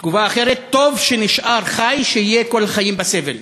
תגובה אחרת: טוב שנשאר חי, שיהיה כל החיים בסבל.